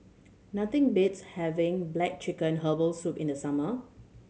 nothing beats having black chicken herbal soup in the summer